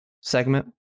segment